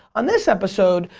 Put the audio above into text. on this episode,